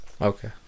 Okay